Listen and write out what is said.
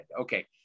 Okay